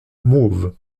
mauve